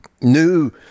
new